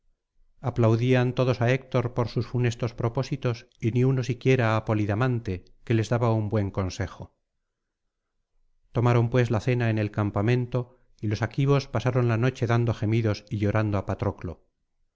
aplaudían todos á héctor por sus funestos propósitos y ni uno siquiera á polidamante que les daba un buen consejo tomaron pues la cena en el campamento y los aquivos pasaron la noche dando gemidos y llorando á